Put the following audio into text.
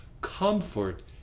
comfort